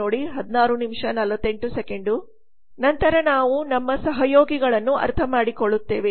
ನಂತರ ನಾವು ನಮ್ಮ ಸಹಯೋಗಿಗಳನ್ನು ಅರ್ಥಮಾಡಿಕೊಳ್ಳುತ್ತೇವೆ